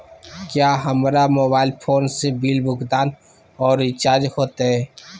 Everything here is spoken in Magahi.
क्या हमारा मोबाइल फोन से बिल भुगतान और रिचार्ज होते?